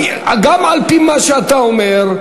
גם על-פי מה שאתה אומר,